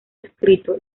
escrito